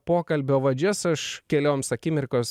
pokalbio vadžias aš kelioms akimirkos